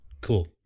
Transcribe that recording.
cool